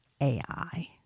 AI